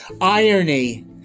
Irony